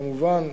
כמובן,